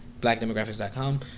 blackdemographics.com